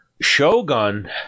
Shogun